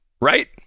right